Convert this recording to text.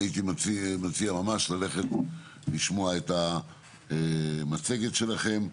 אני הייתי מציע ממש ללכת לשמוע את המצגת שלכם.